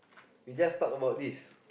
we just talk about this